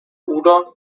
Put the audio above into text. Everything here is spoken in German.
oder